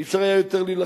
לא היה אפשר יותר להילחם,